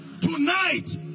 tonight